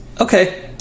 okay